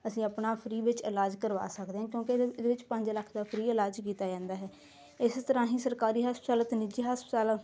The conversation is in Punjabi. ਅਸੀਂ ਆਪਣਾ ਫਰੀ ਵਿੱਚ ਇਲਾਜ ਕਰਵਾ ਸਕਦੇ ਹਾਂ ਕਿਉਂਕਿ ਇਹਦੇ ਇਹਦੇ ਵਿੱਚ ਪੰਜ ਲੱਖ ਦਾ ਫਰੀ ਇਲਾਜ ਕੀਤਾ ਜਾਂਦਾ ਹੈ ਇਸੇ ਤਰ੍ਹਾਂ ਹੀ ਸਰਕਾਰੀ ਹਸਪਤਾਲ ਅਤੇ ਨਿੱਜੀ ਹਸਪਤਾਲ